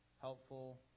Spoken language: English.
helpful